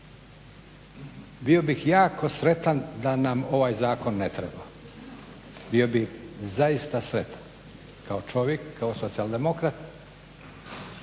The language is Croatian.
Bio bih jako sretan da nam ovaj zakon ne treba, bio bih zaista sretan kao čovjek i kao socijaldemokrat